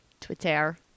Twitter